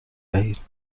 دهید